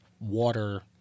water